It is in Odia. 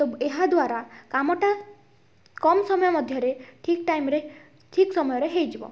ତ ଏହାଦ୍ୱାରା କାମଟା କମ୍ ସମୟ ମଧ୍ୟରେ ଠିକ୍ ଟାଇମ୍ରେ ଠିକ୍ ସମୟରେ ହୋଇଯିବ